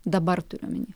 dabar turiu omeny